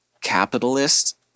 capitalist